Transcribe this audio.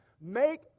Make